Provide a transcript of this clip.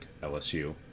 LSU